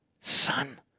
son